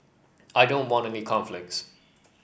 I don't want any conflicts